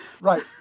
Right